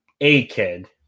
A-Kid